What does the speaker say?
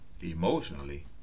emotionally